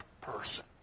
person